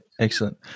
Excellent